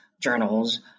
journals